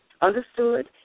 understood